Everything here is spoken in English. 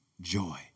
Joy